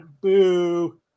boo